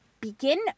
begin